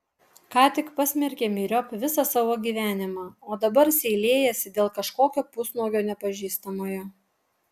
ką tik pasmerkė myriop visą savo gyvenimą o dabar seilėjasi dėl kažkokio pusnuogio nepažįstamojo